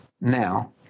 Now